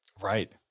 Right